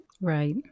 Right